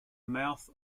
mouth